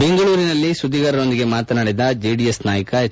ಬೆಂಗಳೂರಿನಲ್ಲಿ ಸುದ್ದಿಗಾರರೊಂದಿಗೆ ಮಾತನಾಡಿದ ಜೆಡಿಎಸ್ ನಾಯಕ ಎಚ್